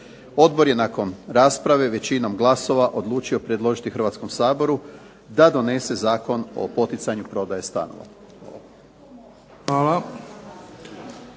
Odbor je nakon rasprave većinom glasova odlučio predložiti Hrvatskom saboru da donese Zakon o poticanju prodaje stanova.